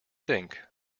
think